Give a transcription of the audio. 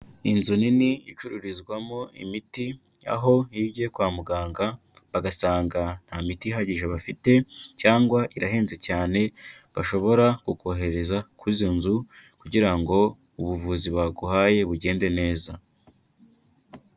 Inzu nini icururizwamo imiti aho iyo ugiye kwa muganga bagasanga nta miti ihagije bafite cyangwa irahenze cyane, bashobora kukohereza kuri izo nzu kugira ngo ubuvuzi baguhaye bugende neza.